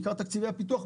בעיקר תקציב פיתוח,